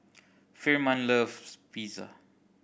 Firman loves Pizza